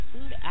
Food